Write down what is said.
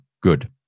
Good